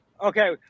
Okay